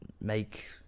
make